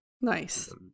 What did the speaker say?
Nice